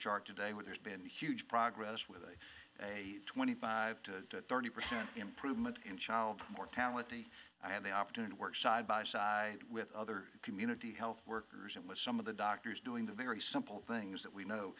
chart today where there's been huge progress with a twenty five to thirty percent improvement in child mortality i had the opportunity to work side by side with other community health workers and with some of the doctors doing the very simple things that we know